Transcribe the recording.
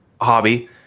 hobby